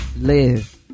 live